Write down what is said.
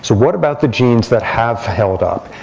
so what about the genes that have held up?